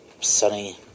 sunny